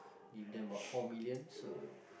give them about four million so